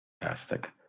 fantastic